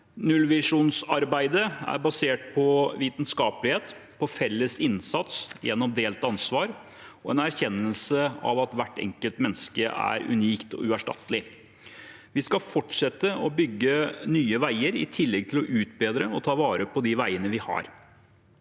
Nullvisjonsarbeidet er basert på vitenskapelighet, på felles innsats gjennom delt ansvar og en erkjennelse av at hvert enkelt menneske er unikt og uerstattelig. Vi skal fortsette å bygge nye veier i tillegg til å utbedre og ta vare på de veiene vi har.